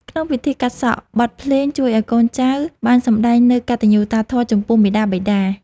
ក្នុងពិធីកាត់សក់ បទភ្លេងជួយឱ្យកូនចៅបានសម្ដែងនូវកតញ្ញូតាធម៌ចំពោះមាតាបិតា។